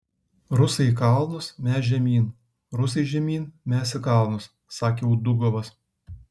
rusai į kalnus mes žemyn rusai žemyn mes į kalnus sakė udugovas